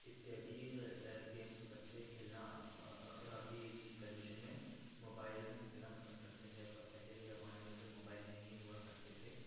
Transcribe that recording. इत्यादि गेम्स बच्चे खेलना अक्सर अभी की कंडिशन में मोबाइल में खेलना पसंद करते हैं पर पहले के जमाने में जब मोबाइल नहीं हुआ करते थे